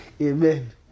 Amen